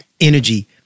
energy